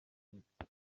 ikipe